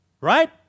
right